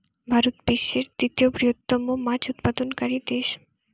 ভারত বিশ্বের তৃতীয় বৃহত্তম মাছ উৎপাদনকারী দেশ